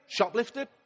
shoplifted